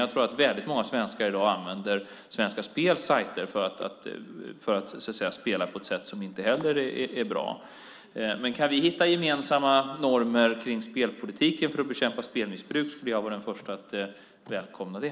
Jag tror att väldigt många svenskar i dag använder Svenska Spels sajter för att spela på ett sätt som inte heller är bra. Om vi kan hitta gemensamma normer kring spelpolitiken för att bekämpa spelmissbruk skulle jag vara den första att välkomna det.